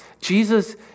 Jesus